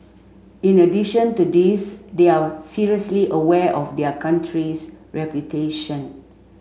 in addition to this they are seriously aware of their country's reputation